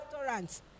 restaurants